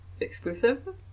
exclusive